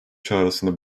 çağrısında